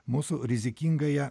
mūsų rizikingąją